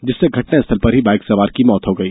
जिससे घटना स्थल पर ही बाइक सवार की मौत हो गई